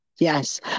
Yes